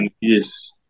yes